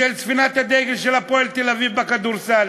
ספינת הדגל של "הפועל תל-אביב" בכדורסל,